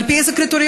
על פי איזה קריטריון?